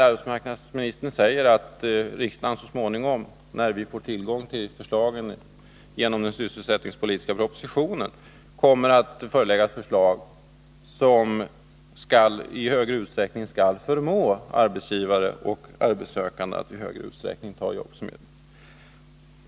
Arbetsmarknadsministern säger ju att riksdagen så småningom i den sysselsättningspolitiska propositionen kommer att föreläggas förslag som i större utsträckning skall ”förmå” arbetssökande att ta jobb som erbjuds och arbetsgivare att i högre grad acceptera befintlig arbetskraft.